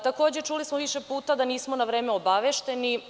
Takođe, čuli smo više puta da nismo na vreme obavešteni.